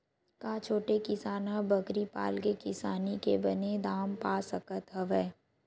का छोटे किसान ह बकरी पाल के किसानी के बने दाम पा सकत हवय?